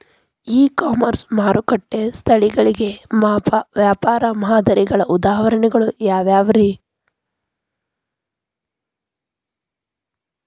E commerce ಮಾರುಕಟ್ಟೆ ಸ್ಥಳಗಳಿಗೆ ವ್ಯಾಪಾರ ಮಾದರಿಗಳ ಉದಾಹರಣೆಗಳು ಯಾವವುರೇ?